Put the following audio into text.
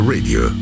Radio